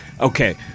Okay